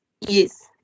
Yes